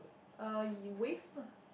uh waves ah